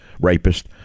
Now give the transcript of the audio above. rapist